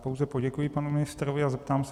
Pouze poděkuji panu ministrovi a zeptám se.